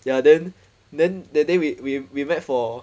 ya then then that day we we we met for